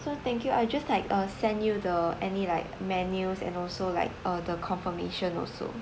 so thank you I'll just like uh send you the any like menus and also like uh the confirmation also